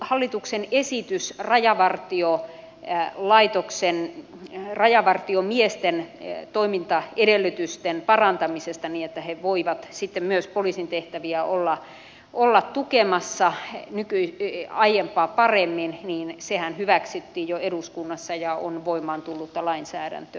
hallituksen esityshän rajavartiolaitoksen rajavartiomiesten toimintaedellytysten parantamisesta niin että he voivat sitten myös poliisin tehtäviä olla tukemassa aiempaa paremmin hyväksyttiin jo eduskunnassa ja on voimaan tullutta lainsäädäntöä